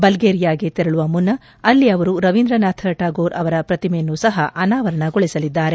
ಬಲ್ಗೇರಿಯಾಗೆ ತೆರಳುವ ಮುನ್ನ ಅಲ್ಲಿ ಅವರು ರವೀಂದ್ರನಾಥ್ ಟಾಗೂರ್ ಅವರ ಪ್ರತಿಮೆಯನ್ನು ಸಹ ಅನಾವರಣಗೊಳಿಸಲಿದ್ದಾರೆ